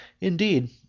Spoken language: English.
Indeed